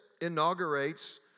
inaugurates